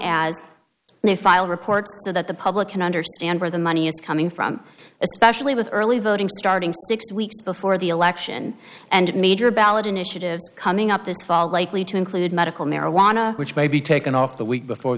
as they file reports so that the public can understand where the money is coming from especially with early voting starting six weeks before the election and major ballot initiatives coming up this fall likely to include medical marijuana which may be taken off the week before